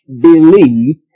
believe